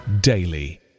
daily